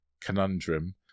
conundrum